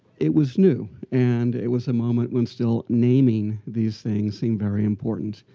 it was new. and it was a moment when still naming these things seemed very important.